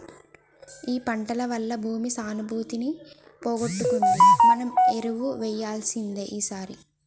ఈ పంటల వల్ల భూమి సానుభూతిని పోగొట్టుకుంది మనం ఎరువు వేయాల్సిందే ఈసారి